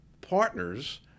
partners